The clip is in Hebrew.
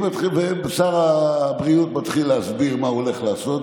שר הבריאות מתחיל להסביר מה הוא הולך לעשות,